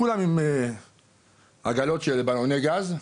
כולם עם עגלות של בלוני גז,